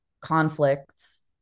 conflicts